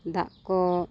ᱫᱟᱜ ᱠᱚ